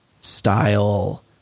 style